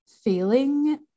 feeling